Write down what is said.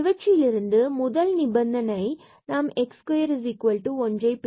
இவற்றிலிருந்து முதல் நிபந்தனை இலிருந்து நாம் x2 is equal to 1ஐ பெறுகின்றோம்